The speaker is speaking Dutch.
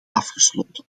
afgesloten